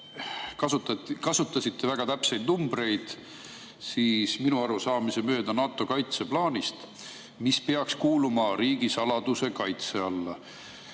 Kasutasite väga täpseid numbreid, minu arusaamist mööda NATO kaitseplaanist, mis peaks kuuluma riigisaladuse kaitse alla.